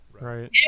Right